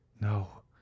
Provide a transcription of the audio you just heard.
No